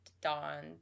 Dawn